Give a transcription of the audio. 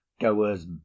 goers